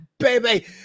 baby